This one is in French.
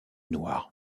noirs